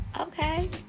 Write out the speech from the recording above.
Okay